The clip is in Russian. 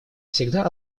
всегда